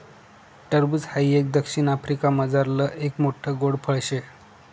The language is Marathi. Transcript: टरबूज हाई एक दक्षिण आफ्रिकामझारलं एक मोठ्ठ गोड फळ शे